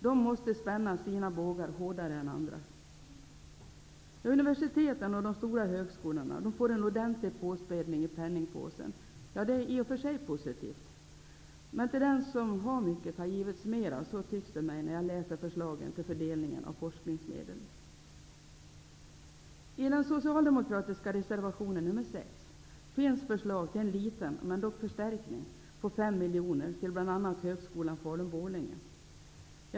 De måste spänna sina bågar hårdare än andra. Universiteten och de stora högskolorna får en ordentlig påspädning i penningpåsen. Det är i och för sig positivt. Men till dem som har mycket har givits mera -- så tycks det mig när jag läser förslagen till fördelningen av forskningsmedel. I den socialdemokratiska reservationen nr 6 finns förslag till en liten, men dock, förstärkning på 5 Falun/Borlänge.